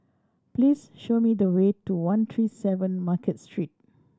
please show me the way to one three seven Market Street